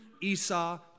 Esau